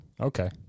Okay